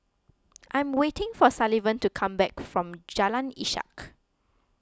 I am waiting for Sullivan to come back from Jalan Ishak